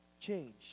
change